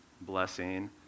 blessing